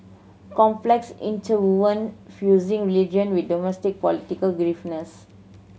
complex interwoven fusing religion with domestic political